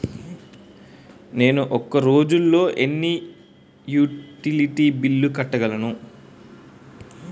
నేను ఒక రోజుల్లో ఎన్ని యుటిలిటీ బిల్లు కట్టగలను?